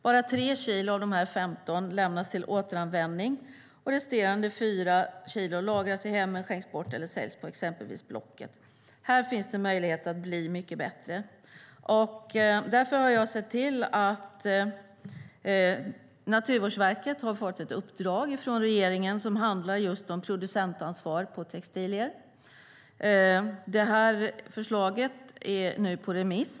Bara 3 av dessa 15 kilo lämnas till återanvändning, och resterande 4 kilo lagras i hemmet, skänks bort eller säljs på exempelvis Blocket. Här finns det möjlighet att bli mycket bättre. Därför har jag sett till att Naturvårdsverket har fått ett uppdrag av regeringen om just producentansvar för textilier.